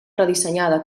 redissenyada